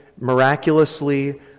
miraculously